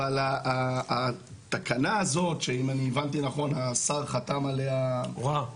אבל התקנה הזאת שאם הבנתי נכון השר חתם עליה --- הוראה.